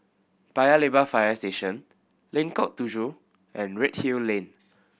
Paya Lebar Fire Station Lengkok Tujoh and Redhill Lane